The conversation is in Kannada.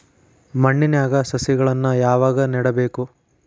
ಮಣ್ಣಿನ್ಯಾಗ್ ಸಸಿಗಳನ್ನ ಯಾವಾಗ ನೆಡಬೇಕು?